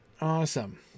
Awesome